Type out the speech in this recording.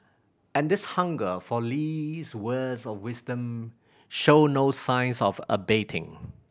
and this hunger for Lee's words of wisdom show no signs of abating